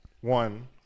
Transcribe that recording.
one